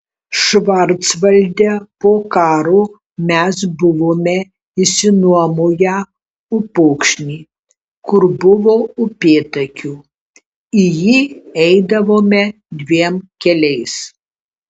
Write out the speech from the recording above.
švarcvalde po karo mes buvome išsinuomoję upokšnį kur buvo upėtakių į jį eidavome dviem keliais